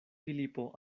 filipo